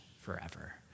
forever